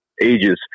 ages